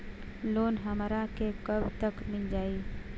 Loan हमरा के कब तक मिल जाई?